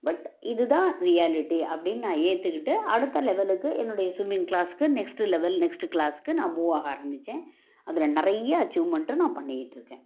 but இதுதான் reality அப்படின்னு ஏற்றுக்கிட்டு அடுத்த லெவலுக்கு என்னுடைய ஸ்விமிங் க்ளாஸ்க்கு நெக்ஸ்ட்டு லெவல் நெக்ஸ்ட்டு க்ளாஸ்க்கு நான் மூவ்வாக ஆரம்பிச்சேன் அதில் நிறைய அச்சீவ்மெண்ட்டும் நான் பண்ணிக்கிட்டுருக்கேன்